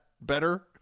better